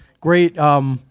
Great